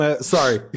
Sorry